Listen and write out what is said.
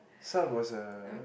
Salt was a